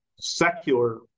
secular